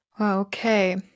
Okay